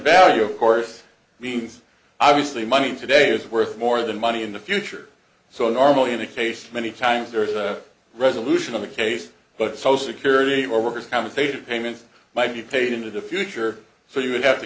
value of course means obviously money today is worth more than money in the future so normally in a case many times there is a resolution of the case but so security or workers compensation payments might be paid into the future so you have to